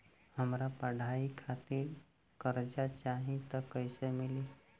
हमरा पढ़ाई खातिर कर्जा चाही त कैसे मिली?